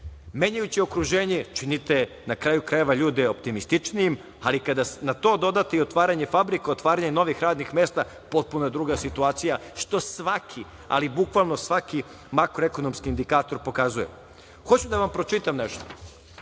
Menjajući okruženje činite, na kraju krajeva, ljude optimističnijim, ali kada na to dodate otvaranje fabrika, otvaranje novih radnih mesta potpuno je druga situacija što svaki, ali bukvalno svaki makroekonomski indikator pokazuje. Hoću da vam pročitam nešto,